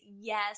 yes